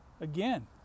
again